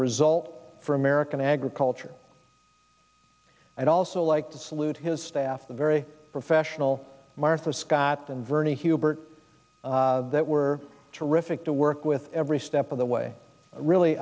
result for american agriculture and also like to salute his staff the very professional martha scott and bernie hubert that were terrific to work with every step of the way really